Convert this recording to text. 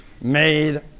made